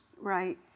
Right